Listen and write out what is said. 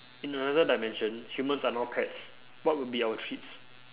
in another dimension humans are now pets what would be our treats